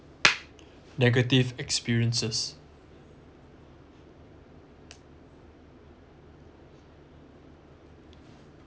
negative experiences